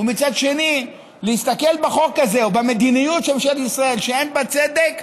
ומצד שני להסתכל בחוק הזה או במדיניות של ממשלת ישראל שאין בה צדק,